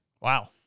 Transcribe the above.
Wow